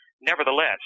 nevertheless